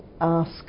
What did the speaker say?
ask